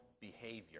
behavior